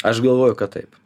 aš galvoju kad taip